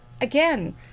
Again